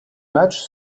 matches